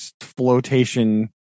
flotation